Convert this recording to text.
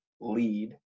lead